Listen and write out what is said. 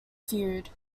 feud